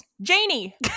Janie